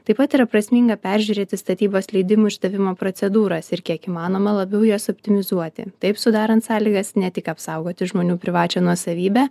taip pat yra prasminga peržiūrėti statybos leidimų išdavimo procedūras ir kiek įmanoma labiau jas optimizuoti taip sudarant sąlygas ne tik apsaugoti žmonių privačią nuosavybę